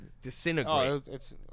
disintegrate